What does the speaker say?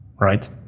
Right